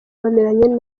bameranye